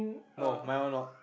no my one not